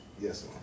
Yes